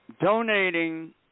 donating